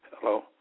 Hello